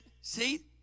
see